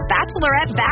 Bachelorette